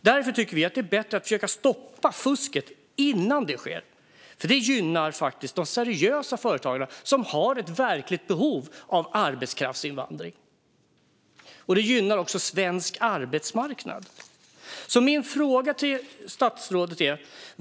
Därför är det bättre att försöka stoppa fusket innan det sker. Det gynnar de seriösa företagen som har ett verkligt behov av arbetskraftsinvandring, och det gynnar också svensk arbetsmarknad.